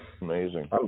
Amazing